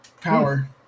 Power